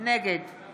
נגד שמחה